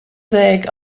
ddeg